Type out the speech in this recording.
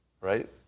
right